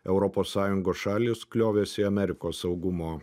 europos sąjungos šalys kliovėsi amerikos saugumo